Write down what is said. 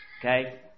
Okay